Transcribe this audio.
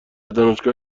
دانشگاه